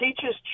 teaches